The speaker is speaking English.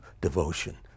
devotion